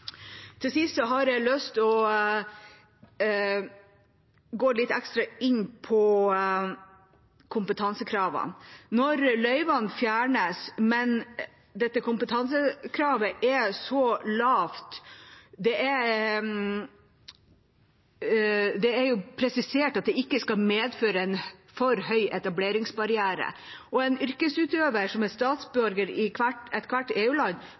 Til sist har jeg lyst til å gå litt ekstra inn på kompetansekravene når løyvene fjernes, men kompetansekravet er så lavt. Det er jo presisert at det ikke skal medføre en for høy etableringsbarriere, og en yrkesutøver som er statsborger i